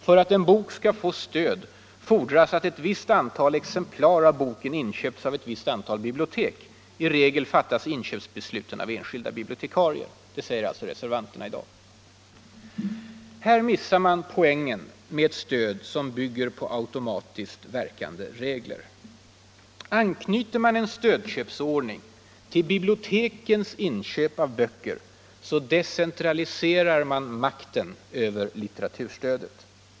För att en bok skall få stöd fordras att ett visst antal exemplar av boken inköpts av ett visst antal bibliotek. I regel fattas inköpsbesluten av enskilda bibliotekarier.” Här missar man poängen med ett stöd som bygger på automatiskt verkande regler. Anknyter man en stödköpsordning till bibliotekens inköp av böcker, så decentraliserar man makten över litteraturstödet.